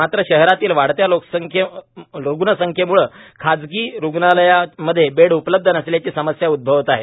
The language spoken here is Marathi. मात्र शहरातील वाढत्या रुग्णसंख्येम्ळे खासगी रुग्णालयांमध्ये बेड उपलब्ध नसल्याची समस्या उद्भवत आहे